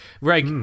right